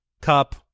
Cup